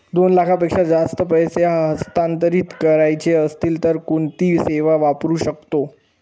दोन लाखांपेक्षा जास्त पैसे हस्तांतरित करायचे असतील तर कोणती सेवा वापरू शकतो?